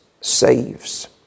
saves